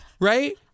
right